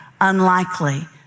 unlikely